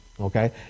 Okay